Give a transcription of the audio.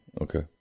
Okay